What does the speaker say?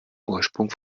ursprung